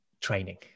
training